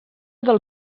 del